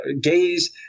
gays